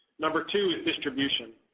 number two is distribution.